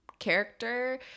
Character